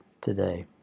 today